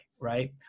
right